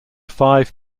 five